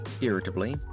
irritably